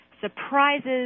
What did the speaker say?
surprises